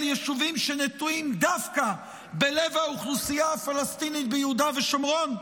יישובים שנטועים דווקא בלב האוכלוסייה הפלסטינית ביהודה ושומרון?